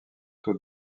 taux